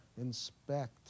inspect